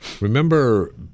Remember